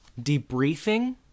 Debriefing